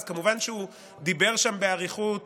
כמובן שהוא דיבר שם באריכות